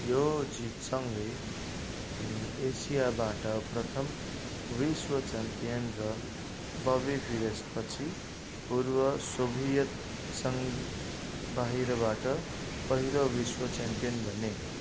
यो जितसँगै उनी एसियाबाट प्रथम विश्व च्याम्पियन र बबी फिसरपछि पूर्व सोभियत सङ्घ बाहिरबाट पहिलो विश्व च्याम्पियन बने